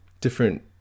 different